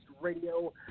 Radio